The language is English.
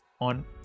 on